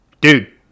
Dude